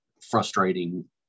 frustrating